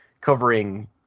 covering